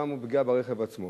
גם פגיעה ברכב עצמו.